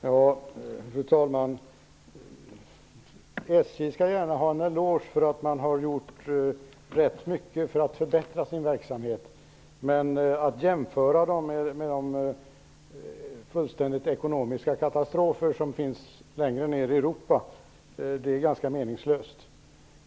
Fru talman! SJ skall gärna få en eloge för att företaget har gjort rätt mycket för att förbättra sin verksamhet, men att göra jämförelser med de fullständiga ekonomiska katastrofer som förekommer längre ned i Europa är meningslöst.